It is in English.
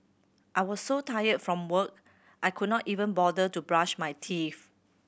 I was so tired from work I could not even bother to brush my teeth